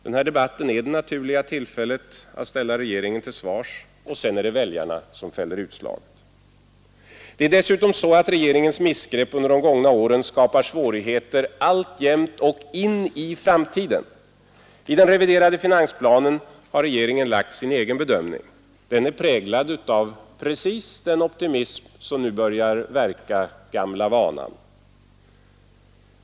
Den här debatten är det naturliga tillfället att ställa regeringen till svars, och sedan är det väljarna som fäller utslaget. Det är dessutom så, att regeringens missgrepp under de gångna åren skapar svårigheter alltjämt och in i framtiden. I den reviderade finansplanen har regeringen lagt fram sin egen bedömning. Den är präglad av precis den optimism som nu börjar verka gamla vanan.